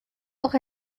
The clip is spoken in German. auch